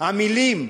המילים,